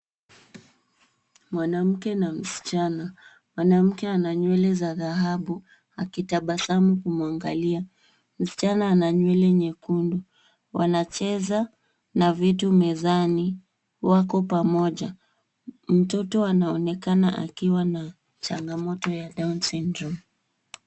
Mwanamke na msichana. Mwanamke an nywele za dhahabu akitabasamu kumwangalia. Msichana ana nywele nyekundu. Wanacheza na vitu mezani. Wako pamoja. Mtoto anaonekana akiwa na changamoto ya Down syndrome .